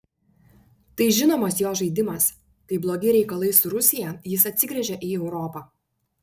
tai žinomas jo žaidimas kai blogi reikalai su rusija jis atsigręžia į europą